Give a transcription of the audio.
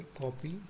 copy